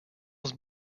was